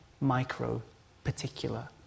micro-particular